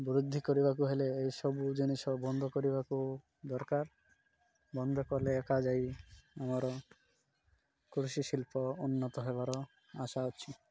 ବୃଦ୍ଧି କରିବାକୁ ହେଲେ ଏହିସବୁ ଜିନିଷ ବନ୍ଦ କରିବାକୁ ଦରକାର ବନ୍ଦ କଲେ ଏକା ଯାଇ ଆମର କୃଷି ଶିଳ୍ପ ଉନ୍ନତ ହେବାର ଆଶା ଅଛି